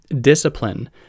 discipline